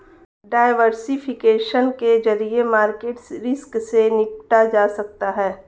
diversification के जरिए market risk से निपटा जा सकता है